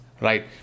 right